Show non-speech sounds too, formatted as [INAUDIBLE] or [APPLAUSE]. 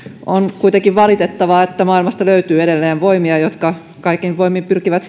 on kuitenkin valitettavaa että maailmasta löytyy edelleen voimia jotka kaikin voimin pyrkivät [UNINTELLIGIBLE]